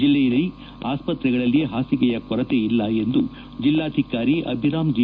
ಜಿಲ್ಲೆಯ ಆಸ್ತತೆಗಳಲ್ಲಿ ಹಾಸಿಗೆಯ ಕೊರತೆ ಇಲ್ಲ ಎಂದು ಜಿಲ್ಲಾಧಿಕಾರಿ ಅಭಿರಾಂ ಜಿ